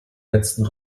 letzten